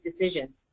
decision